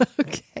okay